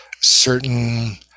certain